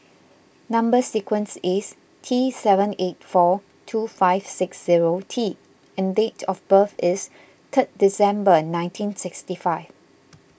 Number Sequence is T seven eight four two five six zero T and date of birth is third December nineteen sixty five